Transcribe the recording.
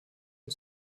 und